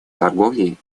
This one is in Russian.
торговли